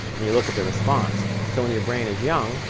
and you look at the response. so when your brain is young,